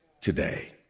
today